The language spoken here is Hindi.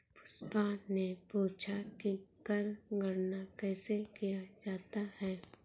पुष्पा ने पूछा कि कर गणना कैसे किया जाता है?